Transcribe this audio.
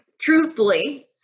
truthfully